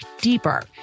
deeper